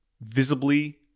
visibly